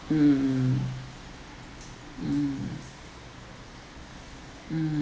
mm mm mm